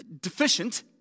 deficient